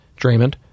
Draymond